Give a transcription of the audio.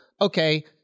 okay